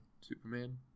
Superman